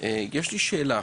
יש לי שאלה.